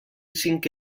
cinc